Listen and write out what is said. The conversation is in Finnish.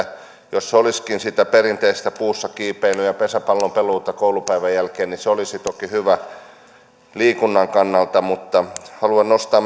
jos olisikin sitä perinteistä puussa kiipeilyä ja pesäpallon peluuta koulupäivän jälkeen niin se olisi toki hyvä liikunnan kannalta mutta haluan nostaa